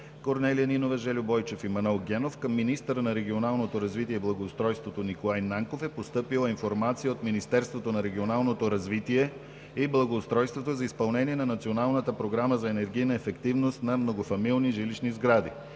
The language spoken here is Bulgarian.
Корнелия Нинова, Жельо Бойчев и Манол Генов, към министъра на регионалното развитие и благоустройството Николай Нанков е постъпила информация от Министерството на регионалното развитие и благоустройството за изпълнение на Националната програма за енергийна ефективност на многофамилни жилищни сгради.